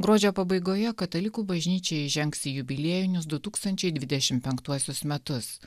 gruodžio pabaigoje katalikų bažnyčia įžengs į jubiliejinius du tūkstančiai dvidešimt penktuosius metus